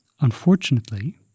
Unfortunately